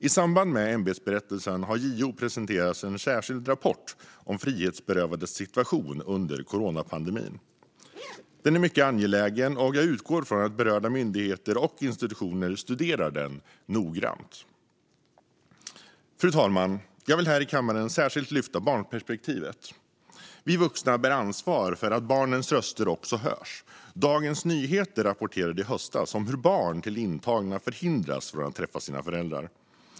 I samband med ämbetsberättelsen har JO presenterat en särskild rapport om frihetsberövades situation under coronapandemin. Den är mycket angelägen, och jag utgår från att berörda myndigheter och institutioner studerar den noggrant. Fru talman! Jag vill här i kammaren särskilt framhålla barnperspektivet. Vi vuxna bär ansvar för att barnens röster hörs. Dagens Nyheter rapporterade i höstas om hur barn till intagna förhindras att träffa sina föräldrar.